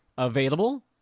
Available